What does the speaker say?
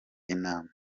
inama